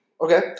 Okay